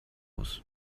muss